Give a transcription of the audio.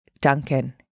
Duncan